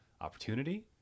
opportunity